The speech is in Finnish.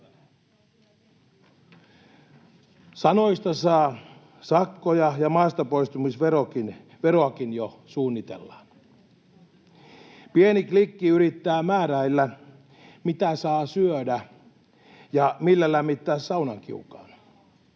Sanoista saa sakkoja, ja maastapoistumisveroakin jo suunnitellaan. Pieni klikki yrittää määräillä, mitä saa syödä ja millä lämmittää saunan kiukaan.